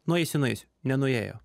nueisiu nueisiu nenuėjo